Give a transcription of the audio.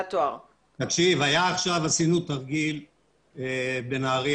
עשינו עכשיו תרגיל בנהריה,